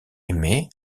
aimée